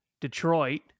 Detroit